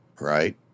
right